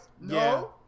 No